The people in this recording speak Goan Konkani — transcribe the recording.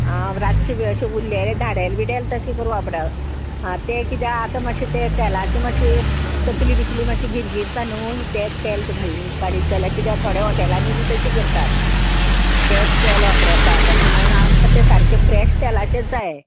आं रातचें बी अशें उल्लें धाडेल बिडॅल तशें करूं वापर आं तें कित्याक आतां मातशें तें तेलाचें मातशें तकली बिकली मात्शें गिरगिरता न्हू तें तेल घालून काडीत जाल्यार किद्या थोड्या हॉटेलांनी बी तशें करतात तेंत तेल वापरतात अशें म्हणून आमकां तें सारकें फ्रेश तेलाचें जाय